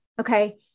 Okay